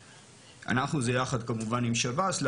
אנחנו זה יחד כמובן עם שב"ס,